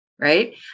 right